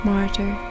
Martyr